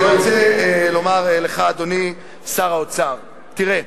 אני רוצה לומר לך, אדוני שר האוצר, תראה,